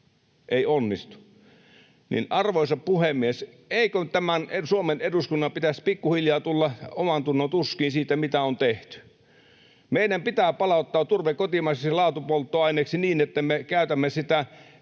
ei onnistu. Arvoisa puhemies! Eikö tämän Suomen eduskunnan pitäisi pikkuhiljaa tulla omantunnontuskiin siitä, mitä on tehty? Meidän pitää palauttaa turve kotimaiseksi laatupolttoaineeksi niin, että me käytämme sitä